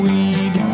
Weed